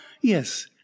yes